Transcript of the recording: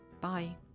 Bye